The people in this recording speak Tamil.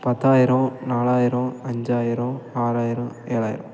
பத்தாயிரம் நாலாயிரம் அஞ்சாயிரம் ஆறாயிரம் ஏழாயிரம்